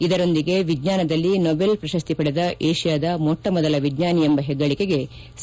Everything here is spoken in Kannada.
ಇದರೊಂದಿಗೆ ವಿಜ್ಞಾನದಲ್ಲಿ ನೊಬೆಲ್ ಪ್ರಶಸ್ತಿ ಪಡೆದ ಏಷ್ಯಾದ ಮೊಟ್ಟಮೊದಲ ವಿಜ್ಞಾನಿ ಎಂಬ ಹೆಗ್ಗಳಿಕೆಗೆ ಸಿ